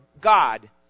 God